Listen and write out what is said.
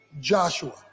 Joshua